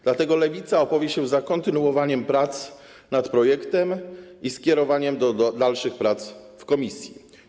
Dlatego Lewica opowie się za kontynuowaniem prac nad projektem i skierowaniem go do dalszych prac w komisji.